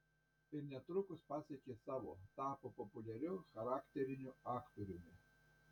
ir netrukus pasiekė savo tapo populiariu charakteriniu aktoriumi